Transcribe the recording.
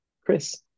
Chris